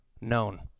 known